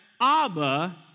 Abba